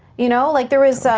you know? like there was,